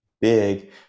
big